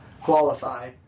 qualify